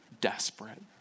desperate